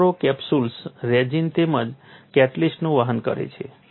microcapsules resin તેમજ કેટલિસ્ટનું વહન કરે છે